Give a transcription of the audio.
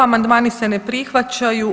Amandmani se ne prihvaćaju.